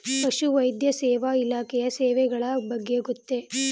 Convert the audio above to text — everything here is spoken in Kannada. ಪಶುವೈದ್ಯ ಸೇವಾ ಇಲಾಖೆಯ ಸೇವೆಗಳ ಬಗ್ಗೆ ಗೊತ್ತೇ?